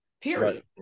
period